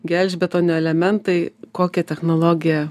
gelžbetonio elementai kokią technologiją